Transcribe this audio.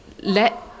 let